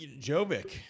Jovic